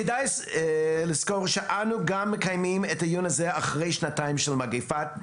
כדאי לזכור שאנו מקיימים את הדיון הזה אחרי שנתיים של מגיפה,